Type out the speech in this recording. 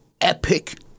Epic